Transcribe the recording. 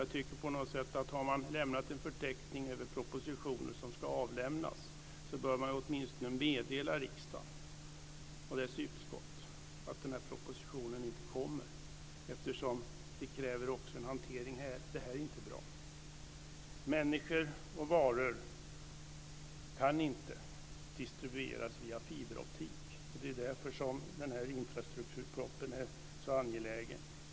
Jag tycker att om man har lämnat en förteckning över propositioner som ska avlämnas bör man åtminstone meddela riksdagen och dess utskott att en proposition inte kommer. Det kräver ju också en hantering här. Detta är inte bra. Människor och varor kan inte distribueras via fiberoptik. Det är därför som den här infrastrukturpropositionen är så angelägen.